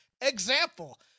Example